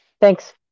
thanks